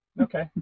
Okay